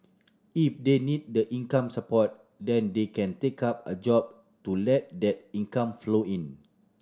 if they need the income support then they can take up a job to let that income flow in